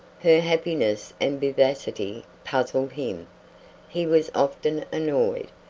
her happiness and vivacity puzzled him he was often annoyed,